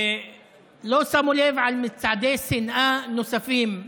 ולא שמו לב למצעדי שנאה נוספים בליד,